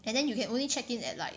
and then you can only check in at like